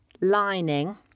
lining